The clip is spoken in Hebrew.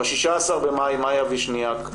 ב-16 במאי מאיה ווישניאק,